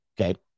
Okay